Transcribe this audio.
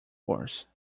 course